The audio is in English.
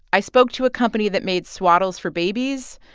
i spoke to a company that made swaddles for babies.